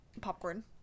popcorn